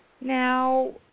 Now